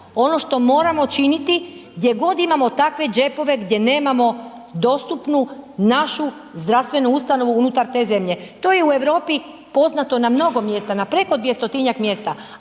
ono što moramo činiti gdje god imamo takve džepove gdje nemamo dostupnu našu zdravstvenu ustanovu unutar te zemlje, to je u Europi poznato na mnogo mjesta, na preko 200-tinjak mjesta,